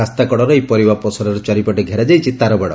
ରାସ୍ତାକଡ଼ର ଏହି ପରିବା ପସରାର ଚାରିପଟେ ଘେରା ଯାଇଛି ତାର ବାଡ଼